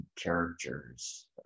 characters